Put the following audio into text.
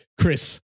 Chris